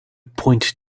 point